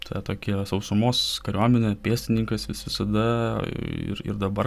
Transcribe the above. ta tokia sausumos kariuomenė pėstininkas jis visada ir ir dabar